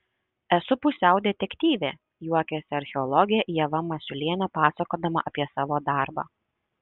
esu pusiau detektyvė juokiasi archeologė ieva masiulienė pasakodama apie savo darbą